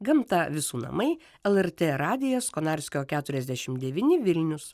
gamta visų namai lrt radijas konarskio keturiasdešim devyni vilnius